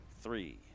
three